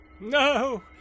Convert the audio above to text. No